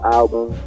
album